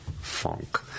funk